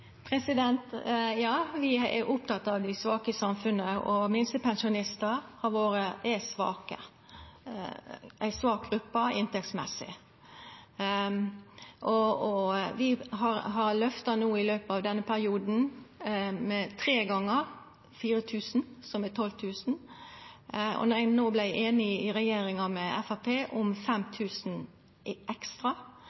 Ja, vi er opptekne av dei svake i samfunnet, og minstepensjonistar har vore ei svak gruppe inntektsmessig. Vi har løfta dei no i løpet av denne perioden tre gonger med 4 000 kr, som er 12 000 kr, og når no regjeringa vart einig med Framstegspartiet om 5 000 kr ekstra i